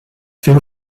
fait